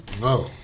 No